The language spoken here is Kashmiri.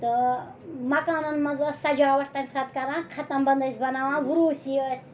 تہٕ مکانَن منٛز ٲس سجاوٹھ تمہِ ساتہٕ کَران ختم بنٛد ٲسۍ بَناوان وروٗسی ٲسۍ